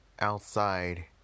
Outside